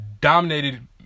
dominated